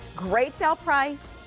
great sale price.